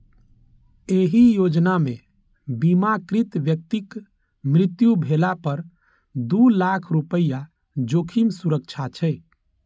एहि योजना मे बीमाकृत व्यक्तिक मृत्यु भेला पर दू लाख रुपैया जोखिम सुरक्षा छै